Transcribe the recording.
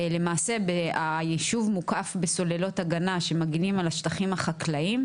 למעשה היישוב מוקף בסוללות הגנה שמגנים על השטחים החקלאים,